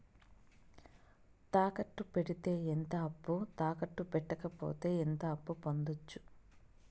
తాకట్టు పెడితే ఎంత అప్పు, తాకట్టు పెట్టకపోతే ఎంత అప్పు పొందొచ్చు?